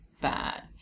bad